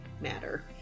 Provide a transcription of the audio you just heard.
matter